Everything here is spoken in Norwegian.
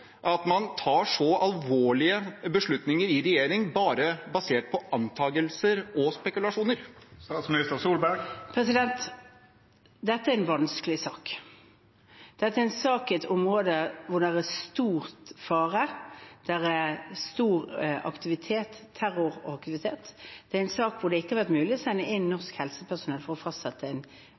at man tar så alvorlige beslutninger i regjeringen bare basert på antagelser og spekulasjoner? Dette er en vanskelig sak. Dette er en sak i et område der det er stor fare, der det er stor terroraktivitet. Det er en sak hvor det ikke har vært mulig å sende inn norsk helsepersonell for å fastsette